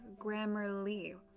Grammarly